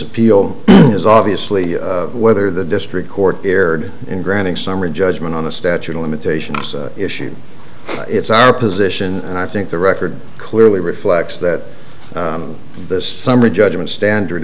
appeal is obviously whether the district court erred in granting summary judgment on the statute of limitations issue it's our position and i think the record clearly reflects that this summary judgment standard